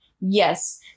Yes